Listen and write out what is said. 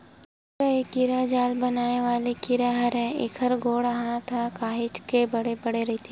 मेकरा ए कीरा जाल बनाय वाले कीरा हरय, एखर गोड़ हात ह काहेच के बड़े बड़े रहिथे